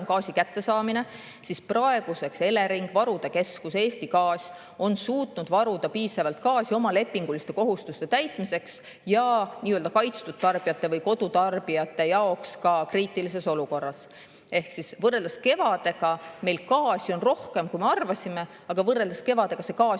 gaasi kättesaamine, siis praeguseks on Elering, varude keskus ja Eesti Gaas suutnud varuda piisavalt gaasi oma lepinguliste kohustuste täitmiseks ja nii-öelda kaitstud tarbijate või kodutarbijate jaoks ka kriitilises olukorras. Võrreldes kevadega on meil gaasi rohkem, kui me arvasime, aga võrreldes kevadega on see gaas